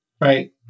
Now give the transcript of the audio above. Right